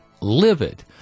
livid